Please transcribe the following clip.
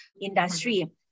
industry